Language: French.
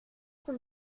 ton